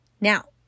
Now